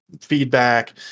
feedback